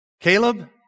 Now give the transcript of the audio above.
Caleb